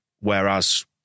Whereas